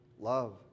Love